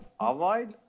avoid